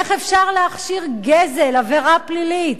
איך אפשר להכשיר גזל, עבירה פלילית?